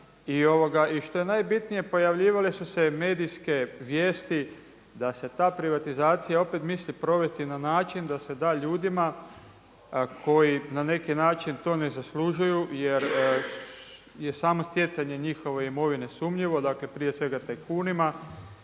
I što je najbitnije pojavljivale su se i medijske vijesti da se ta privatizacija opet misli provesti na način da se da ljudima koji na neki način ne zaslužuju jer samo stjecanje njihove imovine sumnjivo, dakle prije svega tajkunima.